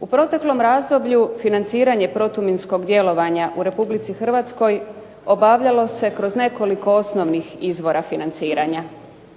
U proteklom razdoblju financiranje protuminskog djelovanja u Republici Hrvatskoj obavljalo se kroz nekoliko osnovnih izvora financiranja.